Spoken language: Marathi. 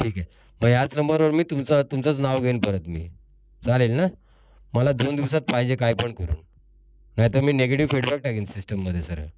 ठीक आहे मग ह्याच नंबरवर तुमचं तुमचंच नाव घेईन परत मी चालेल ना मला दोन दिवसात पाहिजे काही पण करून नाहीतर मी निगेटिव्ह फीडबॅक टाकेन सिस्टममध्ये सरळ